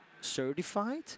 certified